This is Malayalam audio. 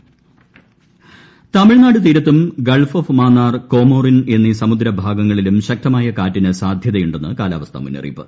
മത്സ്യത്തൊഴിലാളി ജാഗ്രത തമിഴ്നാട് തീരത്തും ഗൾഫ് ഓഫ് മാന്നാർ കോമോറിൻ എന്നീ സമുദ്ര ഭാഗങ്ങളിലും ശക്തമായ കാറ്റിന് സാധ്യതയുണ്ടെന്ന് കാലാവസ്ഥാ മുന്നറിയിപ്പ്